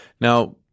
Now